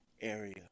area